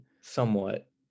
somewhat